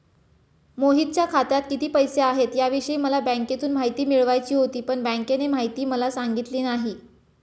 मोहितच्या खात्यात किती पैसे आहेत याविषयी मला बँकेतून माहिती मिळवायची होती, पण बँकेने माहिती मला सांगितली नाही